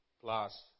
plus